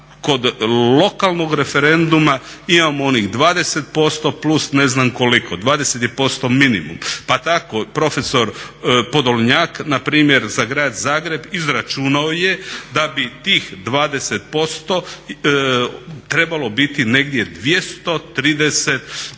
kod lokalnog referenduma imamo onih 20% plus ne znam koliko. 20 je posto minimum, pa tako profesor Podolnjak na primjer za grad Zagreb izračunao je da bi tih 20% trebalo biti negdje 230